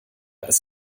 als